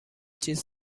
چیز